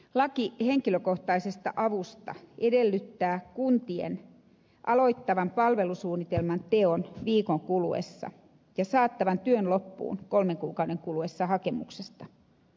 laki henkilökohtaisesta avusta edellyttää kuntien aloittavan palvelusuunnitelman teon viikon kuluessa ja saattavan työn loppuun kolmen kuukauden kuluessa hakemuksesta